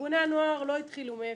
ארגוני הנוער לא התחילו מאפס,